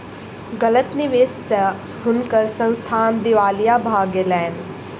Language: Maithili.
गलत निवेश स हुनकर संस्थान दिवालिया भ गेलैन